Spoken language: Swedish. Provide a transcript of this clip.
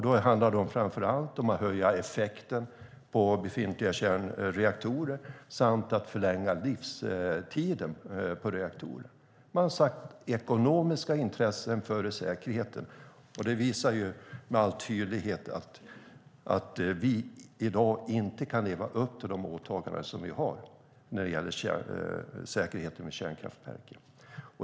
Det handlar framför allt om att höja effekten på befintliga kärnreaktorer samt att förlänga livstiden på reaktorer. De har alltså satt ekonomiska intressen före säkerheten, och det visar med all tydlighet att vi i dag inte kan leva upp till de åtaganden som vi har när det gäller säkerheten i kärnkraftverk.